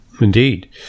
Indeed